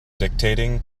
dictating